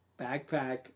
Backpack